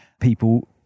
people